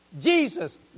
Jesus